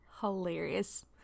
Hilarious